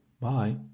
Bye